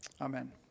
amen